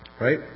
Right